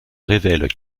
révèlent